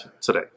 today